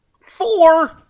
four